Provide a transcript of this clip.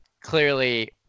clearly